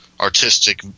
artistic